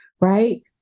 right